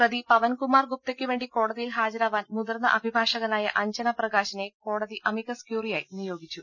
പ്രതി പവൻകുമാർ ഗുപ്തക്കുവേണ്ടി കോടതിയിൽ ഹാജരാവാൻ മുതിർന്ന അഭിഭാഷകനായ അഞ്ജന പ്രകാശിനെ കോടതി അമിക്കസ് ക്യൂറിയായി നിയോഗിച്ചു